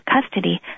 custody